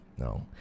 No